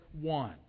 one